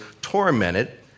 tormented